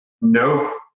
no